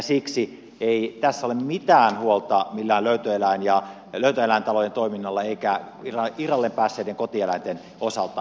siksi tässä ei ole mitään huolta minkään löytöeläintalojen toiminnan eikä irralleen päässeiden kotieläinten osalta